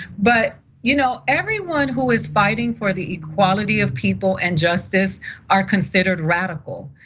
but you know everyone who is fighting for the equality of people and justice are considered radical.